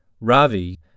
Ravi